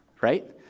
right